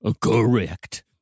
Correct